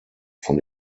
von